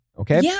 okay